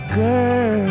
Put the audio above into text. girl